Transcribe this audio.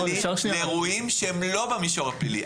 לאירועים שהם לא במישור הפלילי.